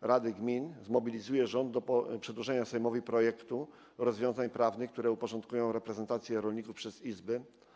rady gmin zmobilizuje rząd do przedłożenia Sejmowi projektu rozwiązań prawnych, które uporządkują reprezentację rolników przez izby.